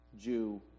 Jew